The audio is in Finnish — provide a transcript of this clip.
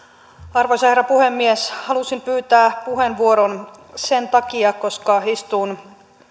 arvoisa herra puhemies halusin pyytää puheenvuoron sen takia koska istun